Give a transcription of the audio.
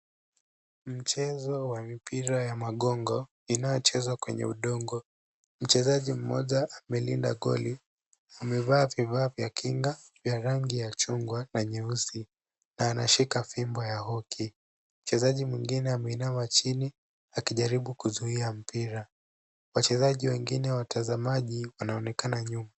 Mchezo wa mipira ya magongo inayochezwa kwenye udongo. Mchezaji mmoja amelinda goli. amevaa vifaa vya kinga vya rangi ya chungwa na nyeusi na anashika fimbo ya hoki. Mchezaji mwengine ameinama chini akijaribu kuzuia mpira. Wachezaji wengine watazamaji wanaonekana nyuma.